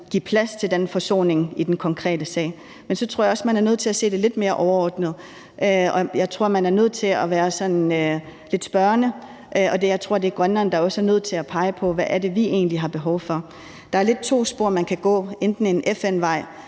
give plads til den forsoning i den konkrete sag. Men så tror jeg også, man er nødt til at se det lidt mere overordnet. Jeg tror, man er nødt til at være sådan lidt spørgende, for det er også Grønland, der er nødt til at pege på, hvad det er, vi egentlig har behov for. Der er lidt to spor, man kan gå, f.eks. en FN-vej